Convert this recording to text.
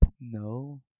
No